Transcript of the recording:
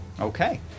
Okay